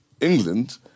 England